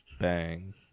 bang